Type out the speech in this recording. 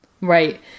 Right